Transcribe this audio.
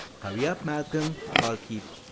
hurry up, malcolm, called keith.